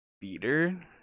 beater